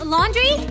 Laundry